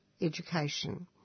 education